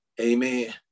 Amen